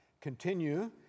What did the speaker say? continue